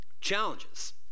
Challenges